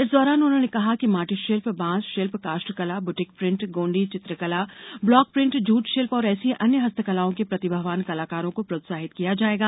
इस दौरान उन्होंने कहा कि माटी शिल्प बांस शिल्प काष्ठ कला बुटिक प्रिंट गोंडी चित्रकला ब्लॉक प्रिंट जूट शिल्प और ऐसी ही अन्य हस्तकलाओं के प्रतिभावान कलाकारों को प्रोत्साहित किया जाएगा